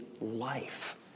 life